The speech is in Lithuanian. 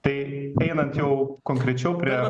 tai einant jau konkrečiau prie